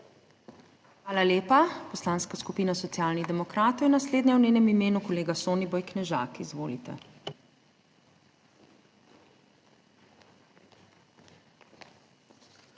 Hvala lepa. Poslanska skupina Socialnih demokratov je naslednja, v njenem imenu kolega Soniboj Knežak. Izvolite.